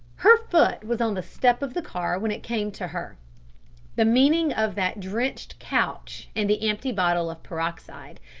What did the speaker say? her foot was on the step of the car when it came to her the meaning of that drenched couch and the empty bottle of peroxide.